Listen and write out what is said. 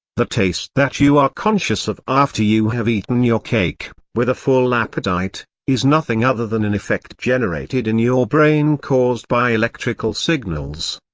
the taste that you are conscious of after you have eaten your cake, with a full appetite, is nothing other than an effect generated in your brain caused by electrical signals.